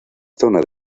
zona